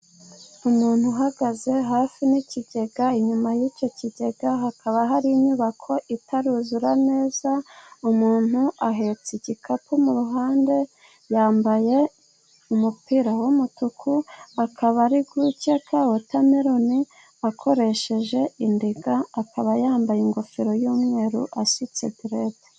Umuntu uhagaze hafi n'ikigega. Inyuma y'icyo kigega hakaba hari inyubako itaruzura neza. Umuntu ahetse igikapu mu ruhande, yambaye umupira w'umutuku, akaba ari gukeka wotameloni akoresheje indiga. Akaba yambaye ingofero y'umweru, asutse derede.